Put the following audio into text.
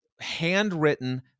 handwritten